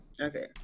Okay